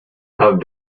have